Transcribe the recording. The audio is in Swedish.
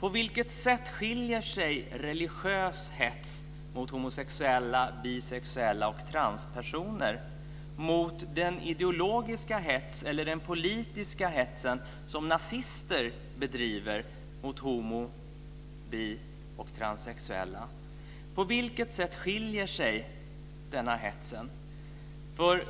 På vilket sätt skiljer sig religiös hets mot homosexuella, bisexuella och transpersoner från den ideologiska eller politiska hets som nazister bedriver mot homo-, bi och transsexuella? På vilket sätt skiljer de sig?